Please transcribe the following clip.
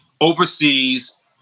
overseas